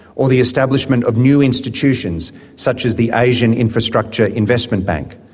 or the establishment of new institutions such as the asian infrastructure investment bank,